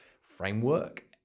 framework